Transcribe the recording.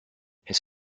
his